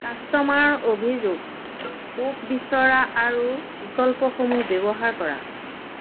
customer অভিযোগ কোষ বিচৰা আৰু বিকল্পসমূহ ব্যৱহাৰ কৰা